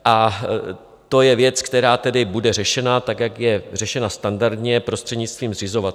A to je věc, která tedy bude řešena, tak jak je řešena standardně prostřednictvím zřizovatelů.